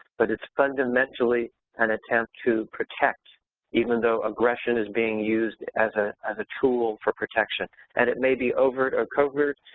but it's fundamentally an attempt to protect even though aggression is being used as ah as a tool for protection and it may be overt or covert.